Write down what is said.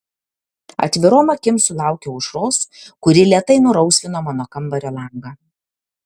atvirom akim sulaukiau aušros kuri lėtai nurausvino mano kambario langą